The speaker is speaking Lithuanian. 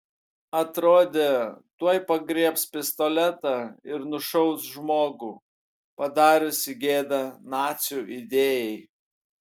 atrodė tuoj pagriebs pistoletą ir nušaus žmogų padariusį gėdą nacių idėjai